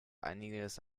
einiges